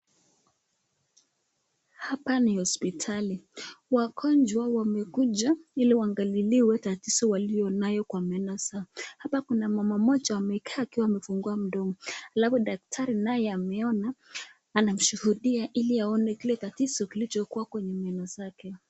Hapa ni hospitali wagonjwa wamekuja ili waangaliliwe tatizo walionayo hapa kuna mama moja amekaa amefungua mdomo alafu daktari nayo anashughulikia ili alone tatizo kilichokuwa kwenye meno zake.